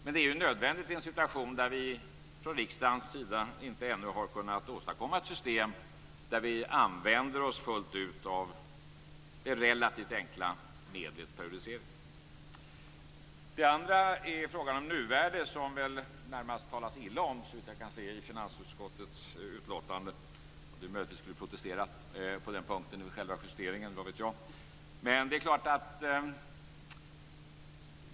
Men det är nödvändigt i en situation där vi från riksdagens sida ännu inte har kunnat åstadkomma ett system där vi fullt ut använder oss av det relativt enkla medlet periodisering. Sedan har vi nuvärdet, som det väl närmast talas illa om - såvitt jag kan se i finansutskottets betänkande. Det är möjligt att vi skulle ha protesterat på den punkten vid justeringen - vad vet jag?